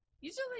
Usually